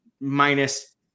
minus